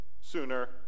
sooner